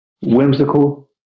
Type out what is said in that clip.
whimsical